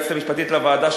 היועצת המשפטית לוועדה,